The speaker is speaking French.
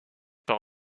par